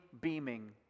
beaming